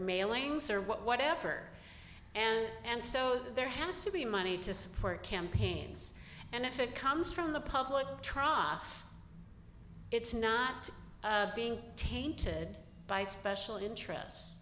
mailings or whatever and so there has to be money to support campaigns and if it comes from the public traffic it's not being tainted by special interests